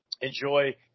enjoy